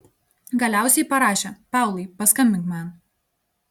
galiausiai parašė paulai paskambink man